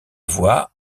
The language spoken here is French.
voie